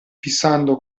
fissando